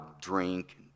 drink